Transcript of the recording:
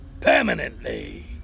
Permanently